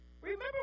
Remember